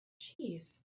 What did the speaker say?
jeez